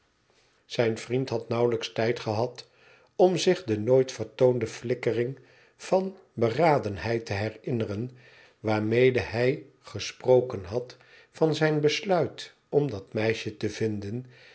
zijn vriend had nauwelijks tijd gehad om zich de nooit vertoonde flikkering van beradenheid te herinneren waarmede hij gesproken had van zijn besluit om dat meisje te vinden